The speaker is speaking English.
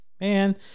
man